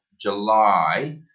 July